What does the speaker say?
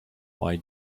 why